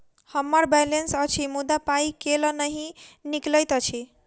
हम्मर बैलेंस अछि मुदा पाई केल नहि निकलैत अछि?